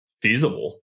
feasible